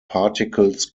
particles